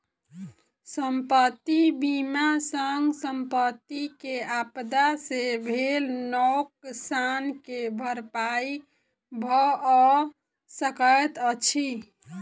संपत्ति बीमा सॅ संपत्ति के आपदा से भेल नोकसान के भरपाई भअ सकैत अछि